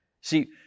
See